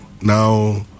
Now